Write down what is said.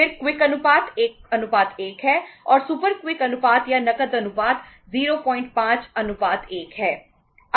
फिर क्विक अनुपात या नकद अनुपात 05 1 है